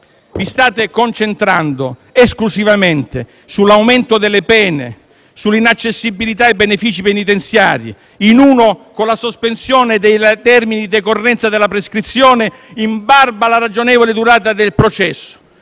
Vi state concentrando esclusivamente sull'aumento delle pene, sull'inaccessibilità ai benefici penitenziari, in uno con la sospensione dei termini di decorrenza della prescrizione, in barba alla ragionevole durata del processo,